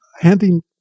handing